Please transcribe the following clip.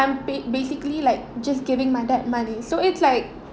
I paid basically like just giving my dad money so it's like